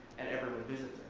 and everyone visits